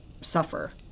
suffer